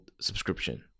subscription